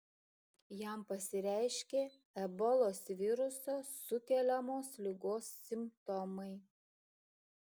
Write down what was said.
jam pasireiškė ebolos viruso sukeliamos ligos simptomai